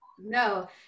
No